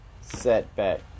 setback